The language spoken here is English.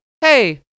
Hey